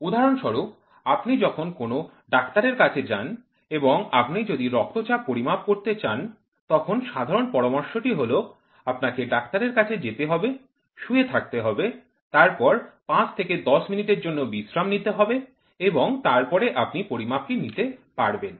উদাহরণস্বরূপ আপনি যখন কোনও ডাক্তারের কাছে যান এবং আপনি যদি রক্তচাপ পরিমাপ করতে চান তখন সাধারণ পরামর্শটি হল আপনাকে ডাক্তারের কাছে যেতে হবে শুয়ে থাকতে হবে তারপরে ৫ থেকে ১০ মিনিটের জন্য বিশ্রাম নিতে হবে এবং তারপরে আপনি পরিমাপটি নিতে পারবেন